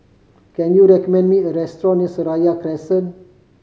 can you recommend me a restaurant near Seraya Crescent